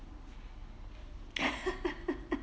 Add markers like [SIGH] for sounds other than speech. [LAUGHS]